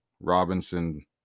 Robinson